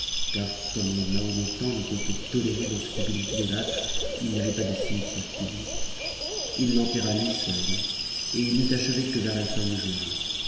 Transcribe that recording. car comme tes mahométans n'étaient que tolérés dans cette ville d'idolâtres ils n'avaient pas de cimetière punic il l'enterra fui scut et il n'eut achevé que vers la fin du jour